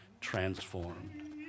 transformed